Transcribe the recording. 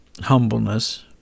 humbleness